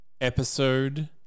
episode